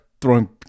throwing